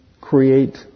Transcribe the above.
create